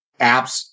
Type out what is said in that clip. apps